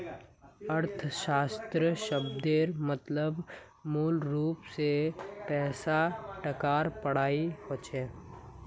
अर्थशाश्त्र शब्देर मतलब मूलरूप से पैसा टकार पढ़ाई होचे